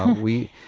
we,